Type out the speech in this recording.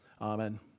Amen